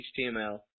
html